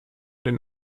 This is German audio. den